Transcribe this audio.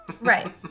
Right